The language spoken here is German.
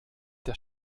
der